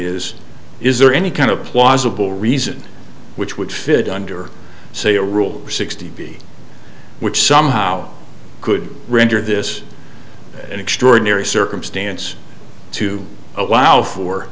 is is there any kind of plausible reason which would fit under say a rule sixty b which somehow could render this an extraordinary circumstance to allow for